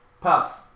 Puff